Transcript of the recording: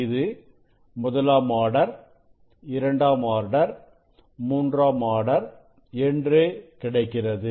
அது முதலாம் ஆர்டர் இரண்டாம் ஆர்டர் மூன்றாம் ஆர்டர் என்று கிடைக்கிறது